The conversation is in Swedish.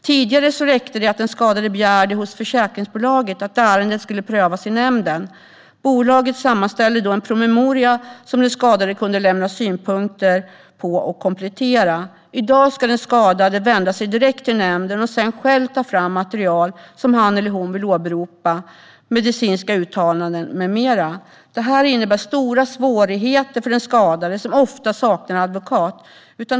Tidigare räckte det att den skadade begärde hos försäkringsbolaget att ärendet skulle prövas i nämnden. Bolaget sammanställde då en promemoria som den skadade kunde lämna synpunkter på och komplettera. I dag ska den skadade vända sig direkt till nämnden och sedan själv ta fram det material - medicinska uttalanden med mera - som han eller hon vill åberopa. Detta innebär stora svårigheter för den skadade, som ofta saknar advokat.